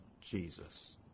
Jesus